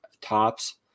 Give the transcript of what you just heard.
tops